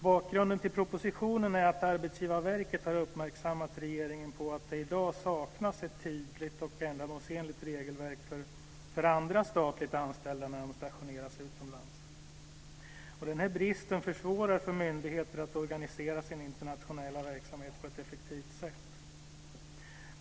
Bakgrunden till propositionen är att Arbetsgivarverket har uppmärksammat regeringen på att det i dag saknas ett tydligt och ändamålsenligt regelverk för andra statligt anställda när dessa stationeras utomlands. Denna brist försvårar för myndigheter att organisera sin internationella verksamhet på ett effektivt sätt.